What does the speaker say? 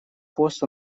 пост